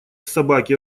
собаки